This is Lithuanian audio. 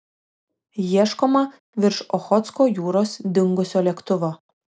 ieškoma virš ochotsko jūros dingusio lėktuvo